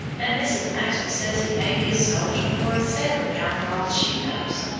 and mrs. maxwell says he may be a soldier or a sailor now for all she knows,